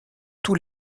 tous